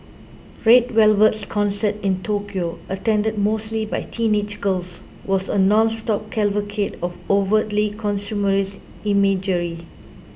Red Velvet's concert in Tokyo attended mostly by teenage girls was a nonstop cavalcade of overtly consumerist imagery